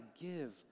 give